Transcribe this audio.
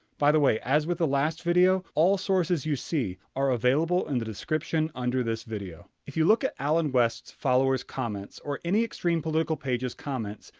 by the way as with the last video, all sources you see are available in the description under this video. if you look at allen west's follower's comments, or any extreme political page's comments,